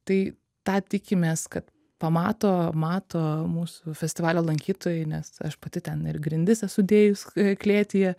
tai tą tikimės kad pamato mato mūsų festivalio lankytojai nes aš pati ten ir grindis esu dėjus klėtyje